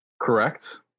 Correct